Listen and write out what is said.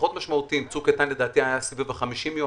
פחות משמעותיים "צוק איתן" לדעתי היה סביב ה-50 יום,